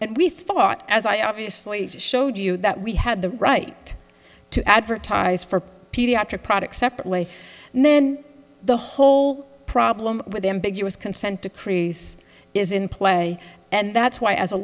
and we thought as i obviously showed you that we had the right to advertise for pediatric products separately and then the whole problem with ambiguous consent decrees is in play and that's why as a